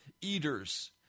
eaters